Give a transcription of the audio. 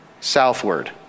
southward